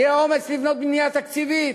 שיהיה אומץ לבנות בנייה תקציבית,